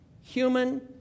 human